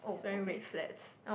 he's wearing red flats